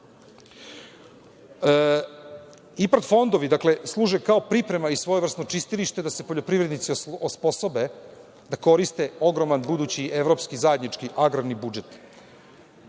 IPARD fondovi služe kao priprema i svojevrsno čistilište da se poljoprivrednici osposobe da koriste ogroman budući evropski zajednički agrarni budžet.